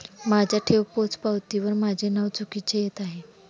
माझ्या ठेव पोचपावतीवर माझे नाव चुकीचे येत आहे